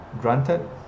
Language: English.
granted